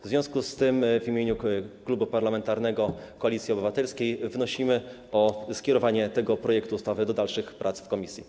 W związku z tym w imieniu klubu parlamentarnego Koalicji Obywatelskiej wnoszę o skierowanie tego projektu ustawy do dalszych prac w komisji.